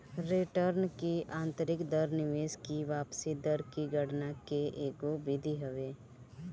return की आतंरिक दर निवेश की वापसी दर की गणना के एगो विधि हवे